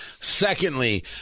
Secondly